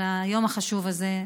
על היום החשוב הזה.